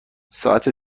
ساعت